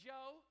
Joe